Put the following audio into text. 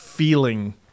Feeling